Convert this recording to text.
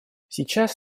сейчас